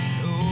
no